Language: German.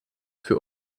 für